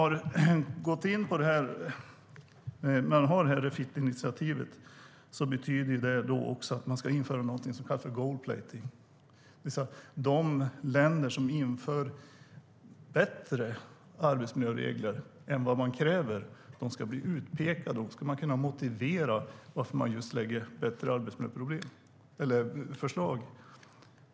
Refit-initiativet innebär att man ska införa något som kallas gold-plating, det vill säga att de länder som inför bättre arbetsmiljöregler än vad som krävs ska bli utpekade, och då ska man kunna motivera varför man lägger fram bättre arbetsmiljöförslag.